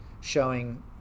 showing